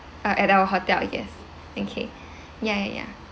uh at our hotel yes okay ya ya ya